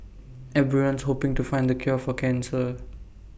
everyone's hoping to find the cure for cancer